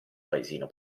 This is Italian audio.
paesino